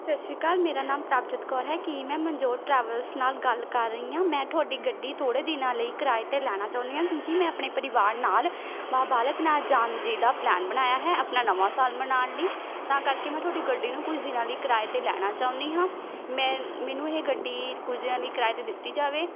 ਸ਼ੱਸ਼ੀਕਾਲ ਮੇਰਾ ਨਾਮ ਪ੍ਰਭਜੋਤ ਕੌਰ ਹੈ ਕੀ ਮੈਂ ਮਨਜੋਤ ਟਰੈਵਲਜ਼ ਨਾਲ ਗੱਲ ਕਰ ਰਹੀ ਹਾਂ ਮੈਂ ਤੁਹਾਡੀ ਗੱਡੀ ਥੋੜ੍ਹੇ ਦਿਨਾਂ ਲਈ ਕਿਰਾਏ 'ਤੇ ਲੈਣਾ ਚਾਹੁੰਦੀ ਹਾਂ ਕਿਉਂਕਿ ਮੈਂ ਆਪਣੇ ਪਰਿਵਾਰ ਨਾਲ ਬਾਬਾ ਬਾਲਕ ਨਾਥ ਜਾਣ ਜੀ ਦਾ ਪਲੈਨ ਬਣਾਇਆ ਹੈ ਆਪਣਾ ਨਵਾਂ ਸਾਲ ਮਨਾਉਣ ਲਈ ਤਾਂ ਕਰਕੇ ਮੈਂ ਤੁਹਾਡੀ ਗੱਡੀ ਨੂੰ ਕੁਛ ਦਿਨਾਂ ਲਈ ਕਿਰਾਏ 'ਤੇ ਲੈਣਾ ਚਾਹੁੰਦੀ ਹਾਂ ਮੈਂ ਮੈਨੂੰ ਇਹ ਗੱਡੀ ਕੁਝ ਦਿਨਾਂ ਲਈ ਕਿਰਾਏ 'ਤੇ ਦਿੱਤੀ ਜਾਵੇ